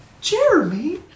Jeremy